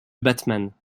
batman